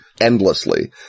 Endlessly